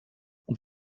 und